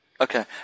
Okay